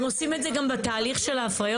הם עושים את זה גם בתהליך של ההפריות.